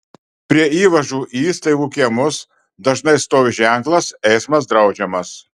prie įvažų į įstaigų kiemus dažnai stovi ženklas eismas draudžiamas